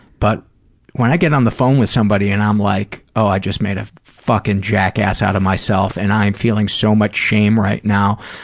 but when i get on the phone with somebody and i'm like, oh, i just made a fucking jackass out of myself and i am feeling so much shame right now,